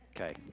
Okay